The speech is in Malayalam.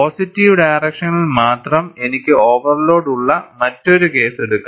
പോസിറ്റീവ് ഡയറക്ഷനിൽ മാത്രം എനിക്ക് ഓവർലോഡ് ഉള്ള മറ്റൊരു കേസ് എടുക്കാം